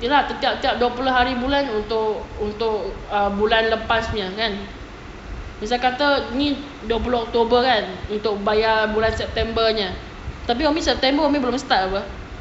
ya lah tiap-tiap dua puluh hari bulan untuk bulan lepas punya kan misal kata ni dua puluh october kan untuk bayar bulan september punya tapi umi september belum start [pe]